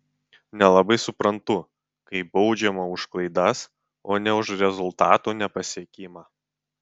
nelabai suprantu kai baudžiama už klaidas o ne už rezultatų nepasiekimą